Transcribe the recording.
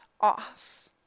off